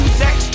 sex